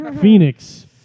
Phoenix